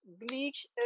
bleach